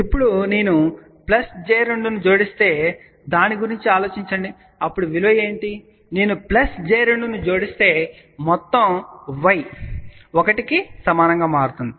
ఇప్పుడు నేను j 2 ను జోడిస్తే దాని గురించి ఆలోచించండి అప్పుడు విలువ ఏమిటి నేను j 2 ని జోడిస్తే మొత్తం y 1 కి సమానంగా మారుతుంది